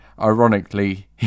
Ironically